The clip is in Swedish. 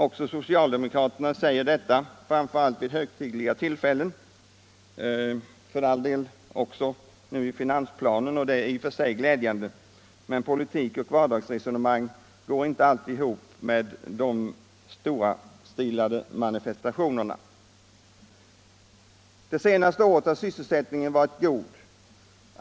Också socialdemokraterna säger detta, framför allt vid högtidliga tillfällen. Men de har också gjort det i finansplanen, vilket i och för sig är glädjande. Politik och vardagsresonemang går emellertid inte alltid ihop med de storstilade manifestationerna. Det senaste året har sysselsättningen varit god.